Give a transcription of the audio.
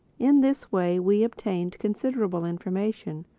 in this way we obtained considerable information,